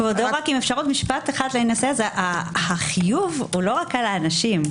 כבודו, החיוב הוא לא רק על היחידים.